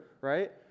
Right